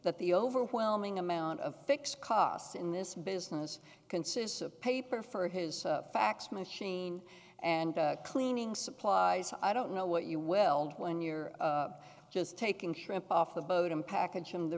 that the overwhelming amount of fixed costs in this business consists of paper for his fax machine and cleaning supplies i don't know what you weld when you're just taking shrimp off the boat and package